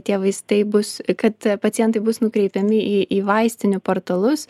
tie vaistai bus kad pacientai bus nukreipiami į į vaistinių portalus